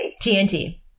TNT